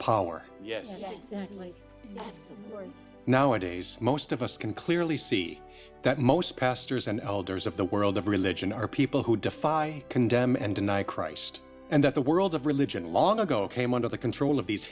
power yes nowadays most of us can clearly see that most pastors and elders of the world of religion are people who defy condemn and deny christ and that the world of religion long ago came under the control of these